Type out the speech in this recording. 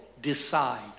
decide